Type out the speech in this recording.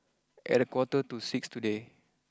at a quarter to six today